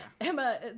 Emma